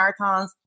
marathons